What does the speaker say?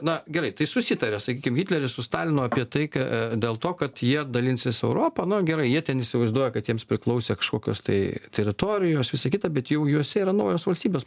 na gerai tai susitaria sakykim hitleris su stalinu apie taiką dėl to kad jie dalinsis europa na gerai jie ten įsivaizduoja kad jiems priklausė kažkokios tai teritorijos visa kita bet jau juose yra naujos valstybės